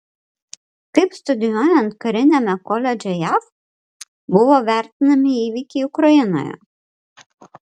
kaip studijuojant kariniame koledže jav buvo vertinami įvykiai ukrainoje